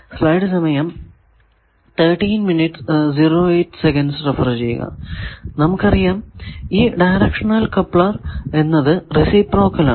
നമുക്കറിയാം ഈ directional coupler എന്നത് റെസിപ്രോക്കൽ ആണ്